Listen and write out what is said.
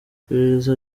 iperereza